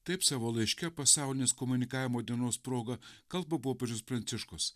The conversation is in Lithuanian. taip savo laiške pasaulinės komunikavimo dienos proga kalba popiežius pranciškus